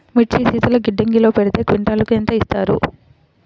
మిర్చి శీతల గిడ్డంగిలో పెడితే క్వింటాలుకు ఎంత ఇస్తారు?